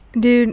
Dude